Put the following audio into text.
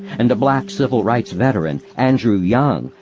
and a black civil rights veteran, andrew young,